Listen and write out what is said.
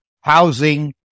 housing